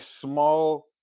small